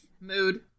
mood